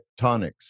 tectonics